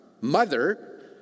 mother